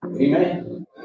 Amen